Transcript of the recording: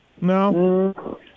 No